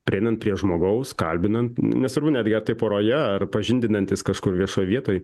prieinant prie žmogaus kalbinant nesvarbu netgi ar tai poroje ar pažindinantis kažkur viešoj vietoj